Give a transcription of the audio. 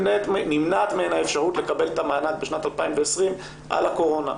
נמנעת מהן האפשרות לקבל את המענק בשנת 2020 על הקורונה.